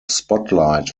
spotlight